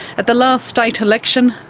at the last state election,